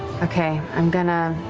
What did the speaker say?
okay, i'm going to